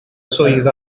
swydd